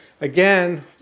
again